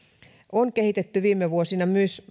on kehitetty viime vuosina myös